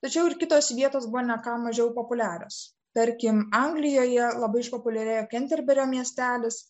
tačiau ir kitos vietos buvo ne ką mažiau populiarios tarkim anglijoje labai išpopuliarėjo kenterberio miestelis